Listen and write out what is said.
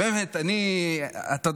באמת, אתה יודע,